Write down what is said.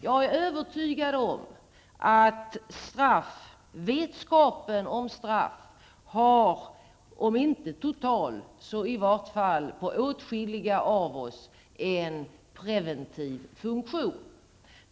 Jag är övertygad om att vetskapen om straff har, om inte totalt så i varje fall för åtskilliga av oss, en preventiv funktion.